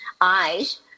eyes